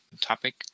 topic